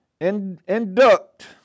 induct